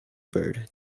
bird